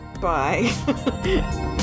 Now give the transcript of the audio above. Bye